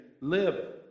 live